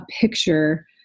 picture